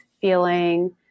feeling